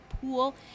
pool